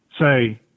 say